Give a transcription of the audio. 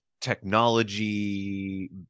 technology